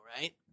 right